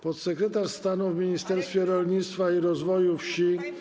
Podsekretarz stanu w Ministerstwie Rolnictwa i Rozwoju Wsi.